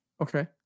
okay